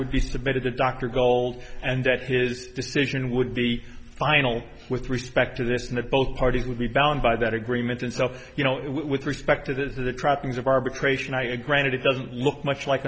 would be submitted to dr gold and that his decision would be final with respect to this and that both parties would be bound by that agreement itself you know with respect to this is the trappings of arbitration i granted it doesn't look much like